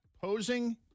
posing